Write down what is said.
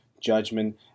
judgment